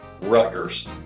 Rutgers